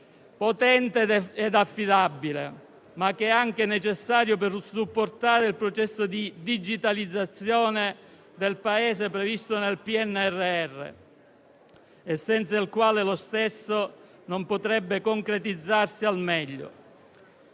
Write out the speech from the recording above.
potente ed affidabile, nonché necessario per supportare il processo di digitalizzazione del Paese previsto nel PNRR e senza il quale lo stesso non potrebbe concretizzarsi al meglio.